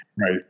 Right